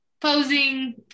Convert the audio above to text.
posing